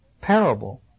parable